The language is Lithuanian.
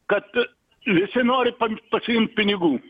kad visi nori pasiimt pinigų